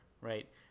right